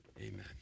Amen